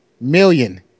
Million